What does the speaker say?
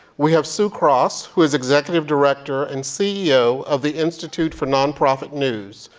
we have sue cross who is executive director and ceo of the institute for nonprofit news.